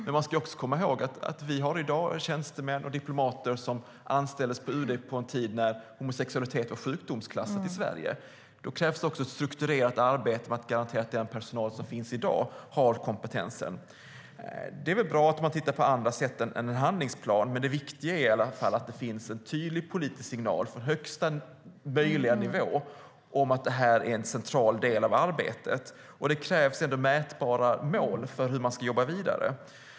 Men man ska också komma ihåg att vi i dag har tjänstemän och diplomater som anställdes på UD under en tid när homosexualitet var sjukdomsklassat i Sverige. Då krävs det också ett strukturerat arbete med att garantera att den personal som finns i dag har kompetensen. Det är väl bra att man tittar på andra sätt än en handlingsplan, men det viktiga är att det finns en tydlig politisk signal från högsta möjliga nivå om att detta är en central del av arbetet. Det krävs mätbara mål för hur man ska jobba vidare.